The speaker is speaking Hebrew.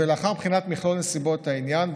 ולאחר בחינת מכלול נסיבות העניין.